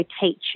teach